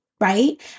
right